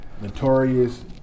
Notorious